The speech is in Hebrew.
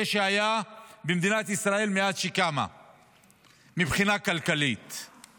שהיה במדינת ישראל מבחינה כלכלית מאז שקמה.